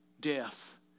death